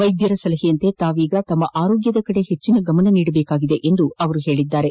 ವೈದ್ಯರ ಸಲಹೆಯಂತೆ ತಾವೀಗ ತಮ್ಮ ಆರೋಗ್ಯದ ಕಡೆಗೆ ಹೆಚ್ಚಿನ ಗಮನ ನೀಡಬೇಕಾಗಿದೆ ಎಂದಿದ್ದಾರೆ